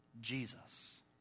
Jesus